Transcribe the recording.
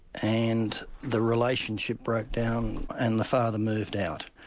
and the relationship broke down and the father moved out.